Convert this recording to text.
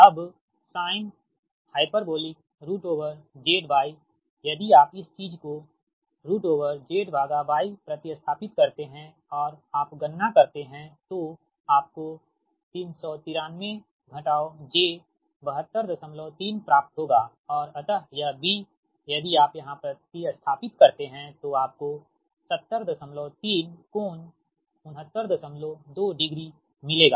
अब sinh ZY यदि आप इस चीज़ को ZY प्रति स्थापित करते हैं और आप गणना करते हैं तो आपको 393 j 723 प्राप्त होगा और अतः यह B यदि आप यहाँ प्रति स्थापित करते हैं तो आपको 703 कोण 692 डिग्री मिलेगा